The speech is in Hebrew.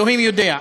אלוהים יודע.